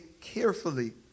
carefully